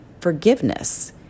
forgiveness